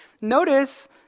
notice